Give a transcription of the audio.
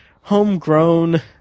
homegrown